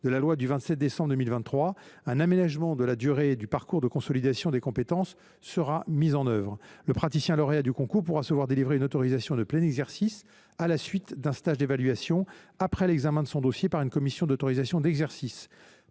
de la loi du 27 décembre 2023, la durée et le parcours de consolidation des compétences seront aménagés. Le praticien lauréat du concours pourra se voir délivrer une autorisation de plein exercice à la suite d’un stage d’évaluation, après l’examen de son dossier par une commission d’autorisation d’exercice.